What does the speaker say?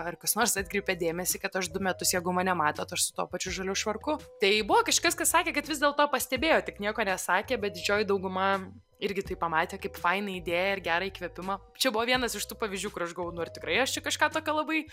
ar kas nors atkreipė dėmesį kad aš du metus jeigu mane matot aš su tuo pačiu žaliu švarku tai buvo kažkas kas sakė kad vis dėlto pastebėjo tik nieko nesakė bet didžioji dauguma irgi tai pamatė kaip fainą idėją ir gerą įkvėpimą čia buvo vienas iš tų pavyzdžių kur aš galvojau nu ar tikrai aš čia kažką tokio labai